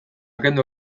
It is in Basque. kendu